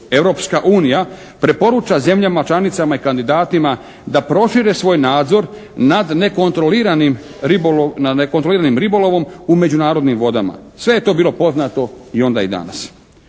Europska unija preporuka zemljama članicama i kandidatima da prošire svoj nadzor nad nekontroliranim ribolovom u međunarodnim vodama. Sve je to bilo poznato i onda i danas.